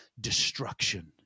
destruction